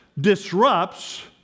disrupts